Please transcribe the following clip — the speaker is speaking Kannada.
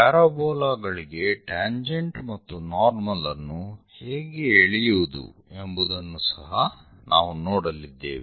ಪ್ಯಾರಾಬೋಲಾಗಳಿಗೆ ಟ್ಯಾಂಜೆಂಟ್ ಮತ್ತು ನಾರ್ಮಲ್ ಅನ್ನು ಹೇಗೆ ಎಳೆಯುವುದು ಎಂಬುವುದನ್ನು ಸಹ ನಾವು ನೋಡಲಿದ್ದೇವೆ